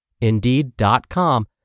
Indeed.com